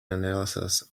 analysis